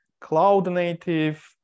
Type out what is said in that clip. cloud-native